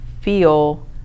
feel